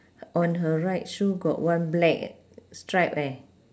on her right shoe got one black stripe eh